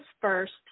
first